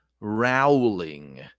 Rowling